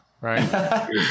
right